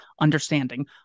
understanding